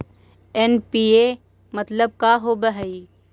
NPK मतलब का होव हइ?